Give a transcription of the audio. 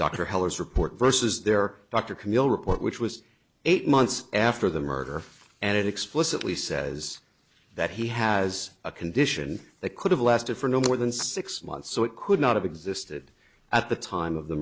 heller's report versus their dr kamil report which was eight months after the murder and it explicitly says that he has a condition that could have lasted for no more than six months so it could not have existed at the time of the